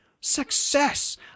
Success